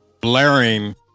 blaring